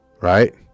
right